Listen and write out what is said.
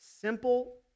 simple